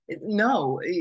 no